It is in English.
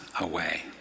away